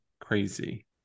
crazy